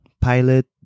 pilot